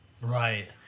Right